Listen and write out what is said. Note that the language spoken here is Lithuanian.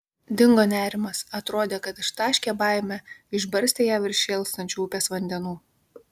dingo nerimas atrodė kad ištaškė baimę išbarstė ją virš šėlstančių upės vandenų